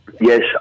Yes